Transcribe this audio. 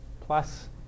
plus